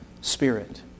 Spirit